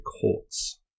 courts